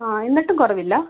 ആ എന്നിട്ടും കുറവില്ലെ